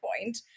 point